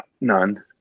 None